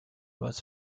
most